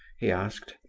he asked.